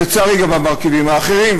לצערי גם במרכיבים האחרים,